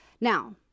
now